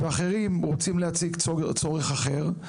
ואחרים רוצים להציג צורך אחר,